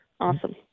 Awesome